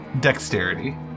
Dexterity